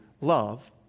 Love